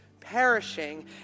perishing